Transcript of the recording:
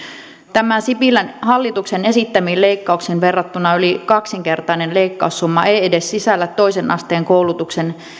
tämä sipilän hallituksen esittämiin leikkauksiin verrattuna yli kaksinkertainen leikkaussumma ei ei edes sisällä toisen asteen koulutuksen